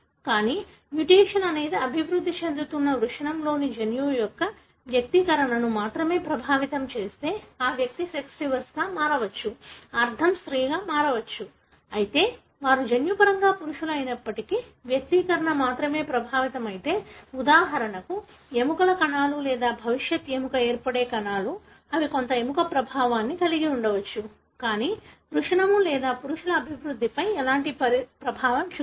కానీ మ్యుటేషన్ అనేది అభివృద్ధి చెందుతున్న వృషణంలోని జన్యువు యొక్క వ్యక్తీకరణను మాత్రమే ప్రభావితం చేస్తే ఆ వ్యక్తి సెక్స్ రివర్స్గా మారవచ్చు అర్ధం స్త్రీగా మారవచ్చు అయితే వారు జన్యుపరంగా పురుషులు అయినప్పటికీ వ్యక్తీకరణ మాత్రమే ప్రభావితమైతే ఉదాహరణకు ఎముకల కణాలు లేదా భవిష్యత్తు ఎముక ఏర్పడే కణాలు అవి కొంత ఎముక ప్రభావాన్ని కలిగి ఉండవచ్చు కానీ వృషణము లేదా పురుషుల అభివృద్ధిపై ఎలాంటి ప్రభావం చూపవు